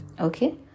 okay